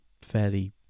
fairly